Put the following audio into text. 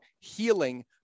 healing